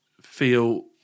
feel